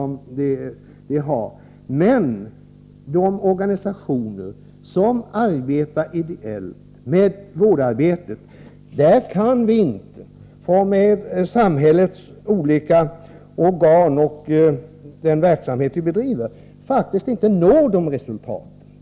Med samhällets olika organ och den verksamhet vi bedriver kan vi inte nå samma resultat som de organisationer som arbetar ideellt med vårdarbete.